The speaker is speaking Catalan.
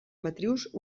matrius